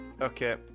Okay